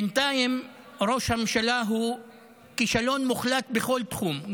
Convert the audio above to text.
בינתיים ראש הממשלה הוא כישלון מוחלט בכל תחום,